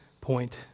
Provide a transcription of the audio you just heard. point